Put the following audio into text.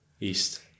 East